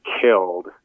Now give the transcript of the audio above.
killed